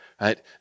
Right